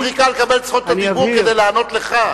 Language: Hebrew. הוא חיכה לקבל את זכות הדיבור כדי לענות לך.